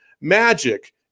Magic